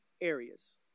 areas